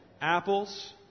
apples